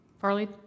Farley